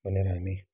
भनेर हामी